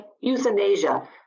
euthanasia